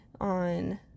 on